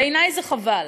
בעיני זה חבל.